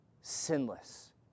Sinless